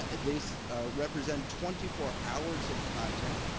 these represent twenty four hours of content.